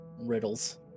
riddles